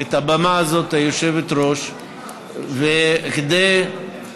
את הבמה הזאת, היושבת-ראש, כדי לדבר על